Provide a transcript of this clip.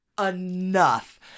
enough